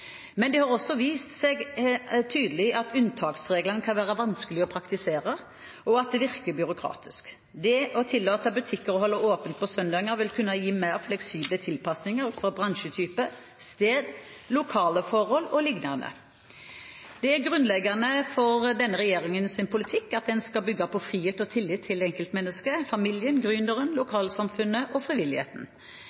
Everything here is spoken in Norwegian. Men det har også vist seg tydelig at unntaksreglene kan være vanskelige å praktisere, og at de virker byråkratiske. Det å tillate butikker å ha åpent på søndager vil kunne gi mer fleksible tilpasninger ut fra bransjetype, sted, lokale forhold o.l. Det er grunnleggende for denne regjeringens politikk at den skal bygge på frihet og tillit til enkeltmennesket, familien,